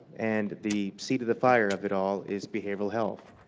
and the seed of the fire of it all is behavioral health.